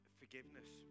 forgiveness